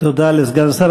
תודה לסגן השר.